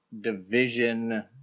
division